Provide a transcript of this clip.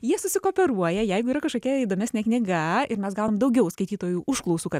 jie susikooperuoja jeigu yra kažkokia įdomesnė knyga ir mes gaunam daugiau skaitytojų užklausų kad